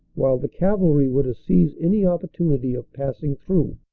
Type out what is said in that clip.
while the cavalry were to seize any opportunity of passing through.